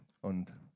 Und